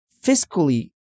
fiscally